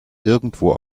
irgendwo